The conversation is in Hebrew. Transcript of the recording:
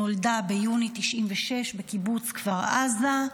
נולדה ביוני 1996 בקיבוץ כפר עזה.